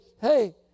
hey